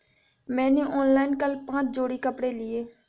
मैंने ऑनलाइन कल पांच जोड़ी कपड़े लिए